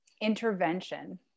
Intervention